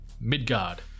Midgard